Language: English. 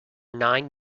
nine